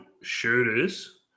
shooters